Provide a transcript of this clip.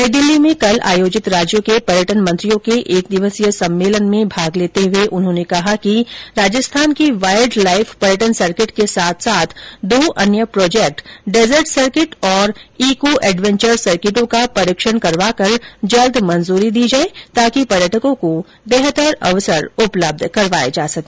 नई दिल्ली में कल आयोजित राज्यों के पर्यटन मंत्रियों के एक दिवसीय सम्मेलन में भाग लेते हुए उन्होंने कहा कि राजस्थान के वाइल्डलाइफ पर्यटन सर्किट के साथ साथ दो अन्य प्रोजेक्ट डेर्जट सर्किट और इको एडवेंचर सर्किटों का परीक्षण करवाकर जल्द मंजूरी दी जाए ताकि पर्यटकों को बेहतर अवसर उपलब्ध करवाए जा सके